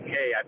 Hey